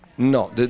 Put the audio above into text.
No